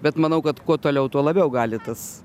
bet manau kad kuo toliau tuo labiau gali tas